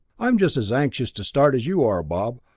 i'm just as anxious to start as you are, bob.